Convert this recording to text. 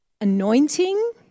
anointing